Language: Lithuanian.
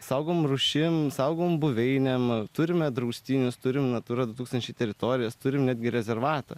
saugomom rūšim saugomom buveinėm turime draustinius turim natūra du tūkstančiai teritorijos turim netgi rezervatą